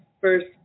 first